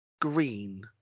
green